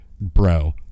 bro